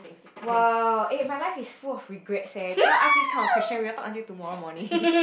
!wow! eh my life is full of regrets eh can you not ask this kind of question we all talk until tomorrow morning